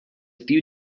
few